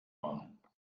war